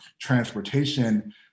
transportation